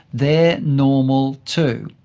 they are normal too.